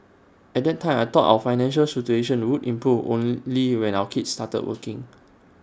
at that time I thought our financial situation would improve only when our kids started working